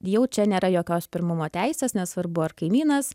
jau čia nėra jokios pirmumo teisės nesvarbu ar kaimynas